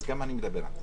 אז גם אני מדבר על זה.